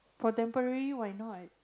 for temporary why not